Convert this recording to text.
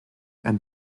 and